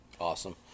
Awesome